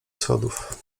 schodów